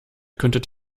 könntet